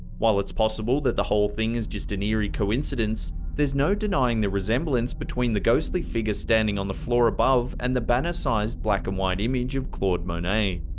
while it's possible that the whole thing is just an eerie coincidence, there's no denying the resemblance between the ghostly figure standing on the floor above, and the banner sized black and white image of claude monet.